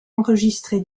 enregistré